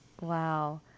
Wow